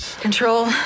Control